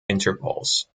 intervals